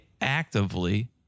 actively